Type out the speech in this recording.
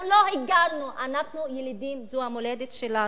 אנחנו לא הגענו, אנחנו ילידים, זו המולדת שלנו,